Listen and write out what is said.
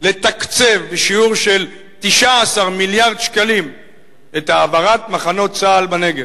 לתקצב בשיעור של 19 מיליארד שקלים את העברת מחנות צה"ל לנגב.